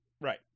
Right